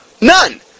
None